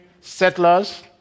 settlers